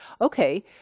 Okay